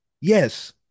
Yes